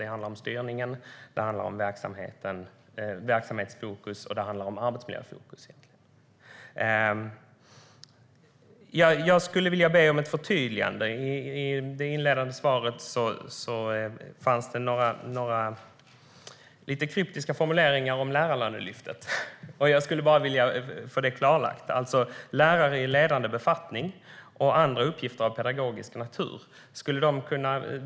Det handlar om styrning, verksamhetsfokus och arbetsmiljöfokus. Jag skulle vilja be om ett förtydligande. I det inledande svaret fanns det några lite kryptiska formuleringar om Lärarlönelyftet. Jag skulle bara vilja få detta klarlagt. Ministern talade om "lärare i ledande befattning" samt om "andra uppgifter av pedagogisk natur".